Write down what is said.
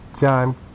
John